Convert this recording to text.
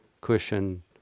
cushion